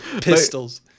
pistols